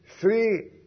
three